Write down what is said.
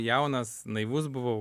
jaunas naivus buvau